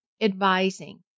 advising